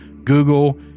google